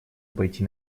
пойти